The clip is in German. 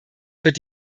wird